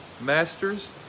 Masters